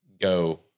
go